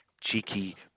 cheeky